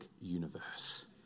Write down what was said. Universe